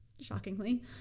shockingly